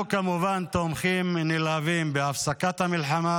אנחנו כמובן תומכים נלהבים בהפסקת המלחמה,